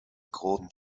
cold